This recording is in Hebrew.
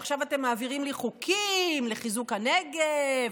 עכשיו אתם מעבירים חוקים לחיזוק הנגב